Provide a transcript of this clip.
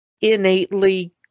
innately